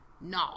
no